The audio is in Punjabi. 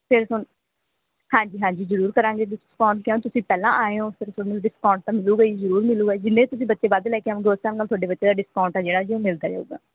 ਫਿਰ ਤੁਹਾਨੂੰ ਹਾਂਜੀ ਹਾਂਜੀ ਜ਼ਰੂਰ ਕਰਾਂਗੇ ਜੀ ਫੋਨ ਕਿਉਂ ਤੁਸੀਂ ਪਹਿਲਾਂ ਆਏ ਹੋ ਫਿਰ ਤੁਹਾਨੂੰ ਇਡਸਕਾਊਂਟ ਤਾਂ ਮਿਲੇਗਾ ਹੀ ਜ਼ਰੂਰ ਮਿਲੇਗਾ ਜੀ ਜਿੰਨੇ ਤੁਸੀਂ ਬੱਚੇ ਵੱਧ ਲੈ ਕੇ ਆਉਗੇ ਉਸ ਹਿਸਾਬ ਨਾਲ ਤੁਹਾਡੇ ਬੱਚੇ ਦਾ ਡਿਸਕਾਊਂਟ ਆ ਜਿਹੜਾ ਜੀ ਉਹ ਮਿਲਦਾ ਜਾਊਗਾ